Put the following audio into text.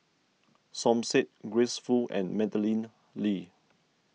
Som Said Grace Fu and Madeleine Lee